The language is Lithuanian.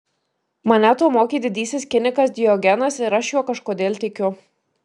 mane to mokė didysis kinikas diogenas ir aš juo kažkodėl tikiu